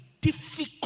difficult